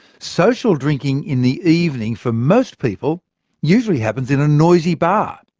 social drinking in the evening for most people usually happens in a noisy bar.